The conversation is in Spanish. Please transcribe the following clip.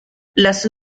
las